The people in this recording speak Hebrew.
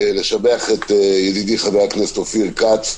לשבח את ידידי חבר הכנסת אופיר כץ,